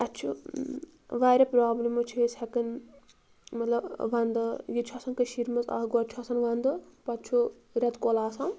اَسہِ چھُ واریاہ پرٛابلِمٕز چھِ أسۍ ہٮ۪کان مطلب ونٛدٕ ییٚتہِ چھُ آسان کٔشیٖرِ منٛز اَکھ گۄڈٕ چھُ آسان ونٛدٕ پَتہٕ چھُ رٮ۪تہٕ کول آسان